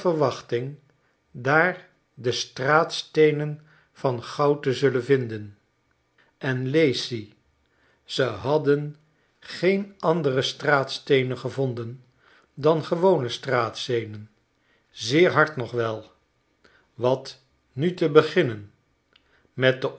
verwachting daar de straatsteenen van goud te zullen vinden en lacy ze hadden geen andere straatsteenen gevonden dan gewone straatsteenen zeer hard nog wel wat nu te beginnen met den